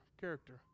character